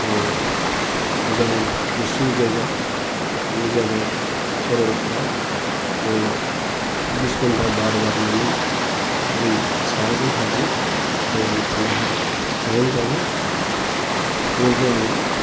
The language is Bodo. मोजां गुसु जायगा बेयो जाबाय सरलफारा बेयाव सब्बिस घन्टा बार बारनानै ओरै साहाजों हाजो आरो ओरै खोलाहा हायेन जाबाय बेयावबो आङो